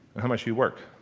how much do you work?